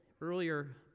earlier